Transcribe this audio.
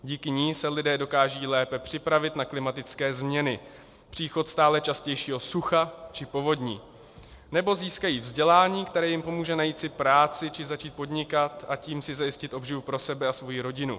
Díky ní se lidé dokážou lépe připravit na klimatické změny příchod stále častějšího sucha či povodní nebo získají vzdělání, které jim pomůže najít si práci či začít podnikat, a tím si zajistit obživu pro sebe a svoji rodinu.